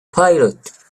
pilot